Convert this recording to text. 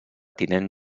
tinent